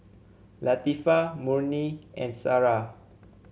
Latifa Murni and Sarah